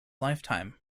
lifetime